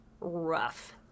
rough